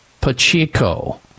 Pacheco